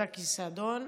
זכי סעדון,